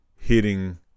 hitting